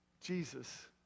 Jesus